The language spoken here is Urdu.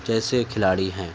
جیسے کھلاڑی ہیں